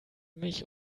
mich